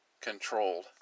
controlled